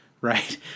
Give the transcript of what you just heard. right